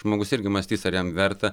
žmogus irgi mąstys ar jam verta